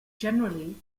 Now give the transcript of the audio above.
generally